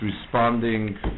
responding